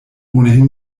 ohnehin